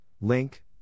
Link